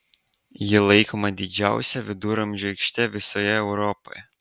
ji laikoma didžiausia viduramžių aikšte visoje europoje